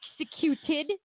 executed